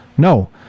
No